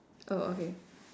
oh okay